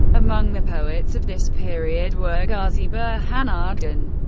among the poets of this period were gazi burhanaddin,